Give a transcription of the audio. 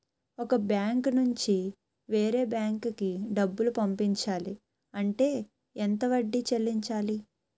ఒక బ్యాంక్ నుంచి వేరే బ్యాంక్ కి డబ్బులు పంపించాలి అంటే ఎంత వడ్డీ చెల్లించాలి?